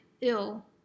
ill